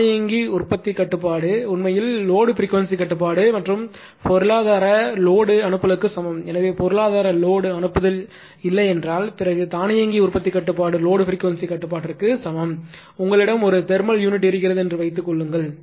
தானியங்கி உற்பத்தி கட்டுப்பாடு உண்மையில் லோடுப்ரீக்வென்சி கட்டுப்பாடு மற்றும் பொருளாதார லோடுஅனுப்பலுக்கு சமம் எனவே பொருளாதார லோடுஅனுப்புதல் இல்லை என்றால் பிறகு தானியங்கி உற்பத்தி கட்டுப்பாடு லோடுப்ரீக்வென்சி கட்டுப்பாட்டிற்கு சமம் உங்களிடம் ஒரு தெர்மல் யூனிட் இருக்கிறது என்று வைத்துக்கொள்ளுங்கள்